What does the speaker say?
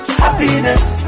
happiness